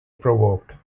provoked